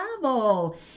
travel